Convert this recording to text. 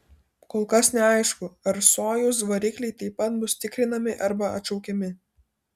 kol kas neaišku ar sojuz varikliai taip pat bus tikrinami arba atšaukiami